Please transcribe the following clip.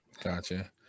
Gotcha